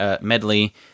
Medley